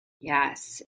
Yes